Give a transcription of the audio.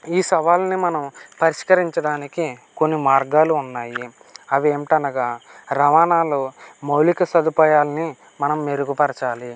ఈ సవాళ్ళుని మనం పరిష్కరించడానికి కొన్ని మార్గాలు ఉన్నాయి అవి ఏమిటనగా రవాణాలలో మౌలిక సదుపాయాలని మనం మెరుగుపరచాలి